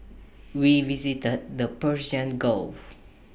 we visited the Persian gulf